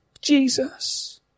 Jesus